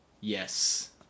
Yes